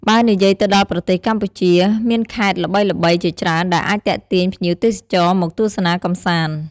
បើនិយាយទៅដល់ប្រទេសកម្ពុជា មានខេត្តល្បីៗជាច្រើនដែលអាចទាក់ទាញភ្ញៀវទេសចរណ៍មកទស្សនាកំសាន្ត។